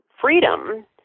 freedom